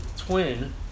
twin